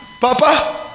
papa